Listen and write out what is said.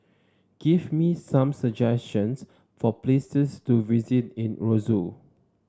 give me some suggestions for places to visit in Roseau